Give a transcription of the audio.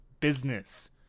business